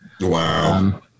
Wow